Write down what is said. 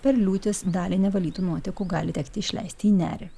per liūtis dalį nevalytų nuotekų gali tekti išleisti į nerį